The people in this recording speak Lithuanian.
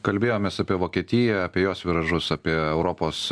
kalbėjomės apie vokietiją apie jos viražus apie europos